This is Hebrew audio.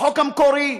החוק המקורי,